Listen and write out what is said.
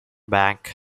bank